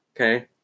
okay